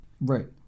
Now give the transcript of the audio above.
Right